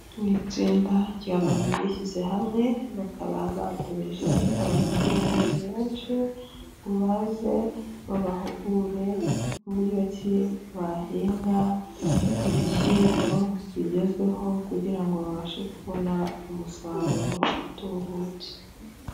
Ni itsinda ry'abantu bishyize hamwe bakaba batumije abaturage benshi ngo baze babahugure buryo ki bahinga ibishyimbo bigezweho, kugira ngo babashe kubona umusaruro utubutse.